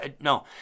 No